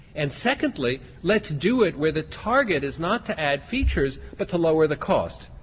and secondly let's do it with a target is not to add features but to lower the cost,